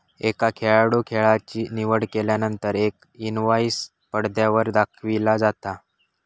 एका खेळाडूं खेळाची निवड केल्यानंतर एक इनवाईस पडद्यावर दाखविला जाता